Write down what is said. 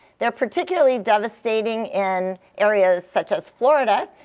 they're particularly devastating in areas such as florida,